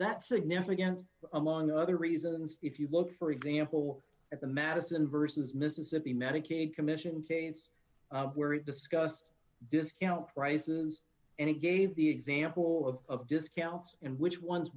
that's significant among other reasons if you look for example at the madison versus mississippi medicaid commission case where it discussed discount prices and it gave the example of discounts and which ones